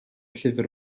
llyfr